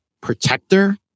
protector